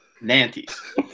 Nantes